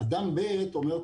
אדם ב' אומר,